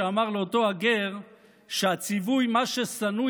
שאמר לאותו הגר שהציווי: "מה ששנוא